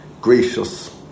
gracious